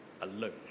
alone